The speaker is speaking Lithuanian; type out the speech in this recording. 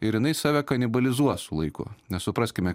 ir jinai save kanibalizuos su laiku nes supraskime